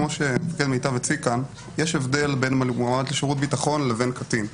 כמו שמפקד מיטב הציג כאן יש הבדל בין מועמד לשירות ביטחון לבין קטין,